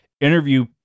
interview